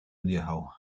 odjechał